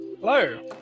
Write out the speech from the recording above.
Hello